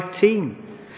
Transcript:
team